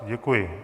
Děkuji.